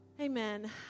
Amen